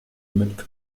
mit